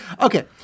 Okay